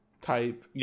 type